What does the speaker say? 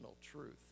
truth